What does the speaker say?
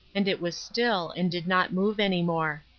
and it was still, and did not move any more.